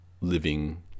living